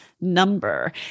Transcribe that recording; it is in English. number